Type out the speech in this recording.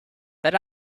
that